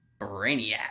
Brainiac